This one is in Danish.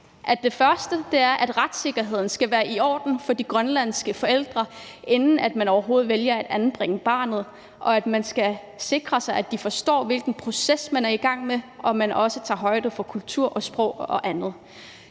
Det første er, at retssikkerheden skal være i orden for de grønlandske forældre, inden man overhovedet vælger at anbringe barnet, og at man skal sikre sig, at de forstår, hvilken proces man er i gang med, og at man også tager højde for kultur, sprog og andet.